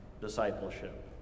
discipleship